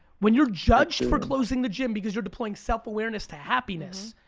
when you're judged for closing the gym because you're deploying self awareness to happiness,